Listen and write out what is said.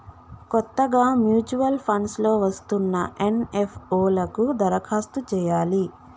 కొత్తగా mutual funds లో వస్తున్న ఎన్.ఎఫ్.ఓ లకు దరఖాస్తు చేయాలి